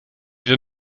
will